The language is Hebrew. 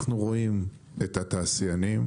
אנחנו רואים את התעשיינים,